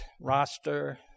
roster